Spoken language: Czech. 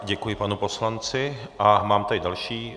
Děkuji panu poslanci a mám tady další.